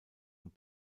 und